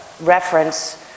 reference